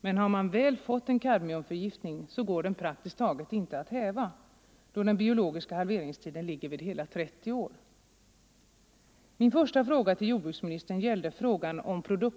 Men har Tisdagen den man väl fått en kadmiumförgiftning går den praktiskt taget inte att häva, 19 november 1974 då den biologiska halveringstiden ligger vid hela 30 år. gir ok Min första fråga till jordbruksministern gällde om produktkontroll Ang.